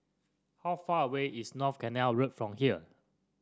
how far away is North Canal Road from here